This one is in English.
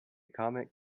comet